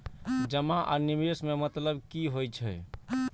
जमा आ निवेश में मतलब कि होई छै?